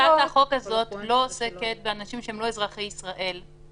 הצעת החוק הזאת לא עוסקת באנשים שהם לא אזרחי ישראל.